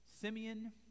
Simeon